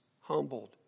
humbled